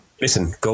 Listen